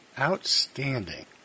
Outstanding